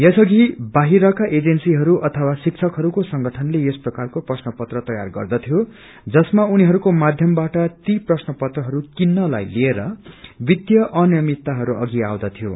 यस अघि बाहिरका एजेन्सीहरू अघिवा शिक्षकहरूको संगठनले यस प्रकारको प्रश्पत्र तयार गर्दथ्यो जसाम उनीहरूको माध्यमबाट ती प्रश्न पत्रहरू किन्नलाई लिएर वितीय अनियमितता प्रवेशको अघि आउँदथ्यो